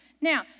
Now